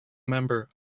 member